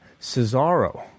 Cesaro